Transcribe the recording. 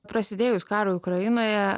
prasidėjus karui ukrainoje